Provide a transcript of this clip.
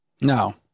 No